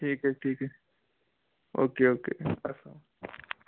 ٹھیٖک حظ ٹھیٖک حظ او کے او کے اَسلام